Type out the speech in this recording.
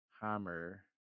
hammer